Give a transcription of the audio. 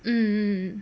mm